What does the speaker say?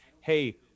hey